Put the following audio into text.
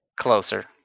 closer